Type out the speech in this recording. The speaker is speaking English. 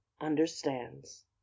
understands